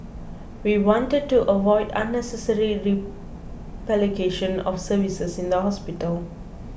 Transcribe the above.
we wanted to avoid unnecessary replication of services in the hospital